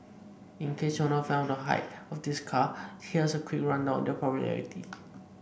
in case you're not a fan of the hype or these cars here's a quick rundown on their popularity